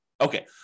Okay